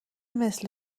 مثل